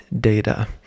data